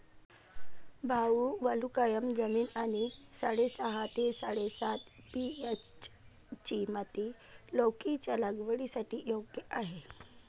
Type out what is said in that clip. भाऊ वालुकामय जमीन आणि साडेसहा ते साडेसात पी.एच.ची माती लौकीच्या लागवडीसाठी योग्य आहे